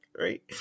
right